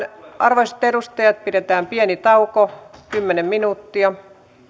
arvoisat edustajat pidetään pieni tauko kymmenen minuuttia